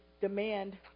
demand